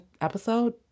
episode